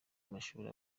mashuri